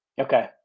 Okay